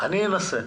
אני אנסה,